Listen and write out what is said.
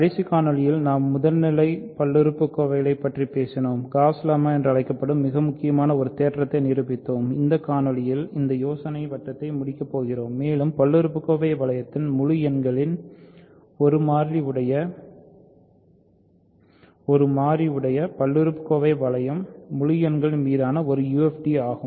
கடைசி காணொளியில் நாம் முதல்நிலை பல்லுறுப்புக்கோவைகளைப் பற்றிப் பேசினோம் காஸ் லெம்மா என்று அழைக்கப்படும் மிக முக்கியமான ஒரு தேற்றத்தை நிரூபித்தோம் இந்த காணொளியில் அந்த யோசனைகளின் வட்டத்தை முடிக்கப் போகிறோம் மேலும் பல்லுறுப்புக்கோவை வளையத்தில் முழு எண்களின் ஒரு மாறி உடைய பல்லுறுப்புறுப்புகோவை வளையம் முழு எண்களின் மீதான ஒரு UFD ஆகும்